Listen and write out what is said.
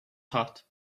hot